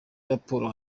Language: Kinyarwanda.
raporo